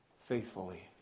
faithfully